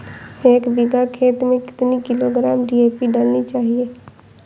एक बीघा खेत में कितनी किलोग्राम डी.ए.पी डालनी चाहिए?